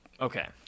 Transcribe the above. Okay